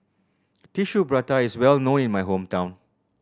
Tissue Prata is well known in my hometown